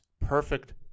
perfect